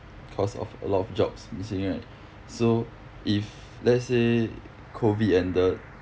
cause of a lot of jobs missing right so if let's say COVID ended